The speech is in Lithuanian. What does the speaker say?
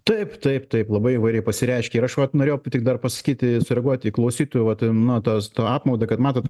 taip taip taip labai įvairiai pasireiškia ir aš vat norėjau tik dar pasakyti sureaguot į klausytojų vat na tas tą apmaudą kad matot